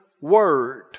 word